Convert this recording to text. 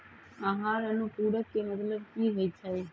आहार अनुपूरक के मतलब की होइ छई?